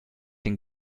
den